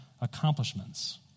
accomplishments